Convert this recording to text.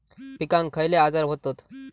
पिकांक खयले आजार व्हतत?